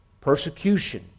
persecution